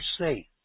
safe